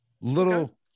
little